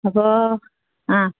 അപ്പോൾ ആ